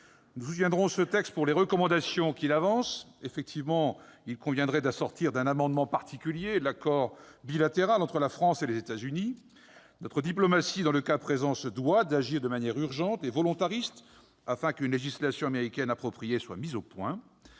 Nous soutiendrons ce texte pour les recommandations qu'il avance. Effectivement, il conviendrait d'assortir d'un amendement particulier l'accord bilatéral entre la France et les États-Unis. Notre diplomatie, dans le cas présent, se doit d'agir de manière urgente et volontariste pour qu'une législation américaine appropriée soit mise au point,